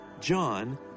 John